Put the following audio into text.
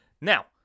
Now